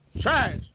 Trash